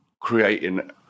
creating